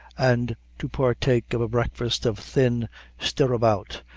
and to partake of a breakfast of thin stirabout,